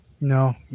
No